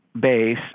base